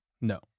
no